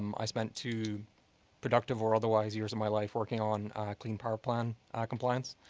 um i spent two productive or otherwise years of my life working on clean power plan ah compliance.